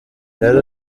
yari